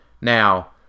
Now